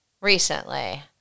recently